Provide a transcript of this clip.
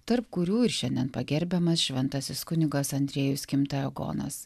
tarp kurių ir šiandien pagerbiamas šventasis kunigas andriejus kimtagonas